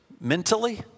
mentally